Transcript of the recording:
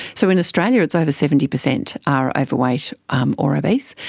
so in australia it's over seventy percent are overweight um or obese,